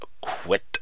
quit